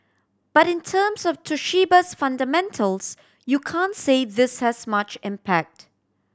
but in terms of Toshiba's fundamentals you can't say this has much impact